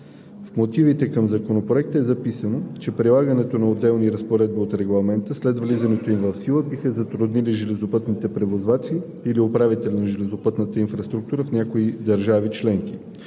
В мотивите към Законопроекта е записано, че прилагането на отделни разпоредби от Регламента, след влизането им в сила, биха затруднили железопътните превозвачи или управителя на железопътната инфраструктура в някои държави членки.